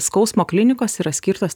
skausmo klinikos yra skirtos